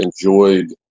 enjoyed